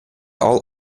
all